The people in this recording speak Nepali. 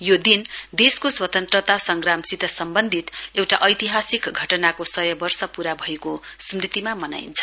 यो दिनको स्वतन्त्रता संग्रामसित सम्बन्धित एउटा ऐतिहासिक घटनाको सय वर्ष पूरा भएको स्मृतिमा मनाइन्छ